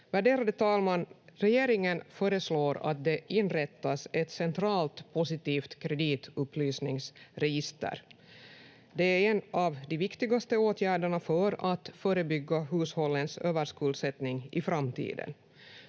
Värderade talman! Regeringen föreslår att det inrättas ett centralt positivt kreditupplysningsregister. Det är en av de viktigaste åtgärderna för att förebygga hushållens överskuldsättning i framtiden.